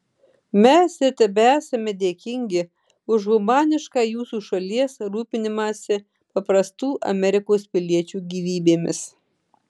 mes ir tebesame dėkingi už humanišką jūsų šalies rūpinimąsi paprastų amerikos piliečių gyvybėmis